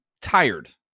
tired